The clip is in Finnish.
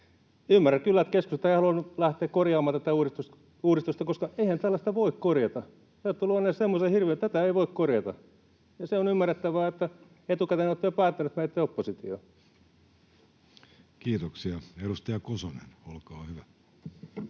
Ymmärrän kyllä, että keskusta ei halunnut lähteä korjaamaan tätä uudistusta, koska eihän tällaista voi korjata. Te olette luoneet semmoisen hirviön, että tätä ei voi korjata. Ja se on ymmärrettävää, että etukäteen olette jo päättäneet, että menette oppositioon. [Speech